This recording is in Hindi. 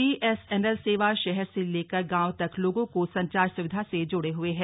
बीएसएनएल सेवा शहर से लेकर गांव तक लोगों को संचार सुविधा से जोड़े हुए है